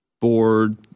board